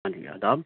ہاں جی آداب